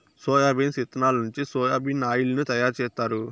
soybeans ఇత్తనాల నుంచి soya bean oil ను తయారు జేత్తారు